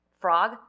Frog